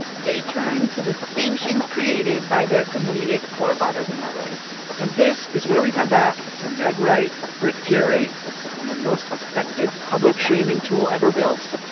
they turn to the sanctions created by their comedic forefathers and mothers and this is where we come back to megh wright, frick jerry and the most effective public shaming tool ever built,